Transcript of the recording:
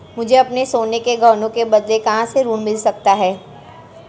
मुझे अपने सोने के गहनों के बदले कहां से ऋण मिल सकता है?